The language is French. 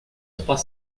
trois